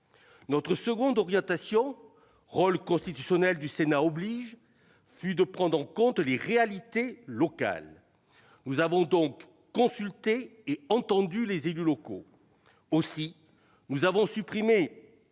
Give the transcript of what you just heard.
nous avons retenue, rôle constitutionnel du Sénat oblige, fut de prendre en compte les réalités locales. Nous avons donc consulté et entendu les élus locaux. Aussi, nous avons supprimé